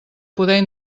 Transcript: poder